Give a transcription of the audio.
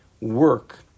work